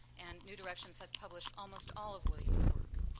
and new directions has published almost all of williams' work.